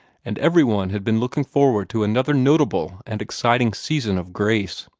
and everybody had been looking forward to another notable and exciting season of grace.